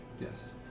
Yes